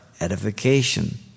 Edification